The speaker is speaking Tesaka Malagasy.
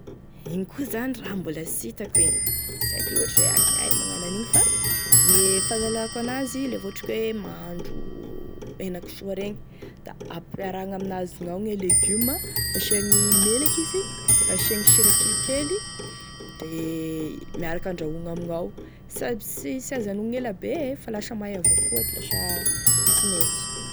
Igny koa zany raha mbola sy hitako igny sy aiko lotry hoe ankognaia magnano an'igny fa e fahalalako an'azy la ohatray ka hoe mahandro henankisoa regny da ampiaragny amin'azy gnao gne leguma asiagny menaky izy asiagny sira kelikely de miaraky andrahoigny amignao sady sy sy azo anigny elabe fa lasa may avao koa da lasa sy mety.